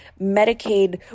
Medicaid